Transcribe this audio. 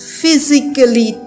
physically